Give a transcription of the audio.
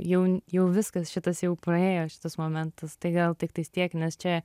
jau jau viskas šitas jau praėjo šitas momentas tai gal tiktais tiek nes čia